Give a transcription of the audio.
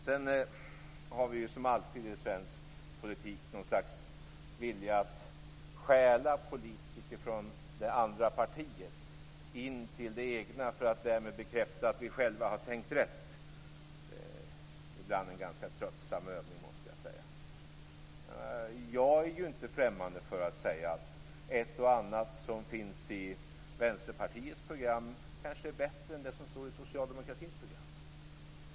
Sedan har vi som alltid i svensk politik något slags vilja att stjäla politiker från det andra partiet in till det egna partiet för att därmed bekräfta att vi själva har tänkt rätt. Ibland en ganska tröttsam övning, måste jag säga. Jag är inte främmande för att säga att ett och annat som finns i Vänsterpartiets program kanske är bättre än det som står i socialdemokratins program.